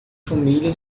família